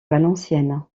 valenciennes